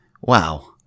Wow